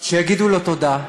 שיגידו לו תודה,